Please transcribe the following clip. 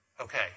Okay